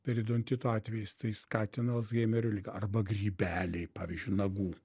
periodontito atvejis tai skatina alzhaimerio ligą arba grybeliai pavyzdžiui nagų